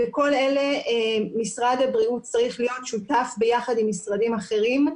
בכל אלה משרד הבריאות צריך להיות שותף ביחד עם משרדים אחרים.